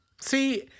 See